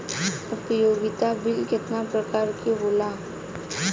उपयोगिता बिल केतना प्रकार के होला?